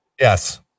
Yes